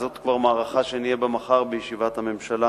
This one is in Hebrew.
זאת כבר מערכה שנהיה בה מחר בישיבת הממשלה